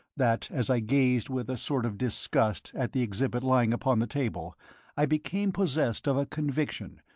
that as i gazed with a sort of disgust at the exhibit lying upon the table i became possessed of a conviction,